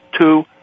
Two